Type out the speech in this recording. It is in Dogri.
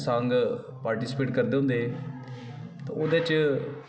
साॅग पार्टीस्पेट करदे होंदे ते ओहदे च